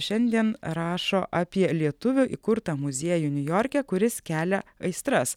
šiandien rašo apie lietuvių įkurtą muziejų niujorke kuris kelia aistras